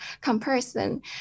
comparison